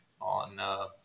on